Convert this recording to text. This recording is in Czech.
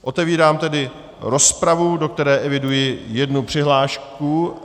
Otevírám tedy rozpravu, do které eviduji jednu přihlášku.